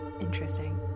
Interesting